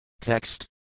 Text